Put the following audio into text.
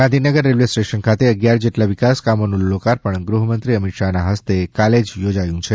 Gandhinagar railway station ખાતે અગિયાર જેટલા વિકાસ કામોનું લોકાર્પણ ગૃહમંત્રી અમિત શાહના હસ્તે કાલે જ યોજાયું છે